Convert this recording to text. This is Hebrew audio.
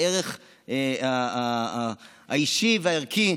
בערך האישי והערכי,